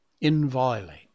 inviolate